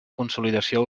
consolidació